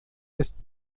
ist